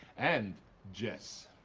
and jess.